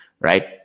right